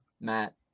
Matt